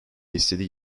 istediği